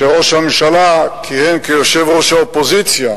כשראש הממשלה כיהן כיושב-ראש האופוזיציה,